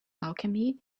alchemy